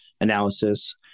analysis